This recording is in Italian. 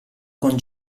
con